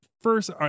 first